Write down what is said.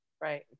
right